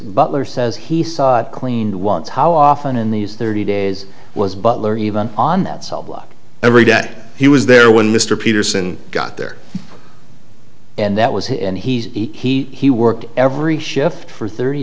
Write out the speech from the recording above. butler says he saw cleaned once how often in these thirty days was butler even on that cell block every day he was there when mr peterson got there and that was he and he he worked every shift for thirty